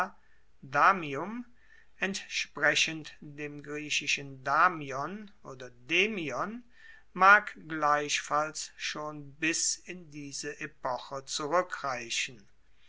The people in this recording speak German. damium entsprechend dem griechischen oder mag gleichfalls schon bis in diese epoche zurueckreichen